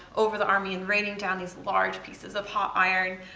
over the army and reigning down these large pieces of hot iron.